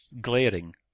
glaring